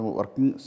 working